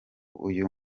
uyu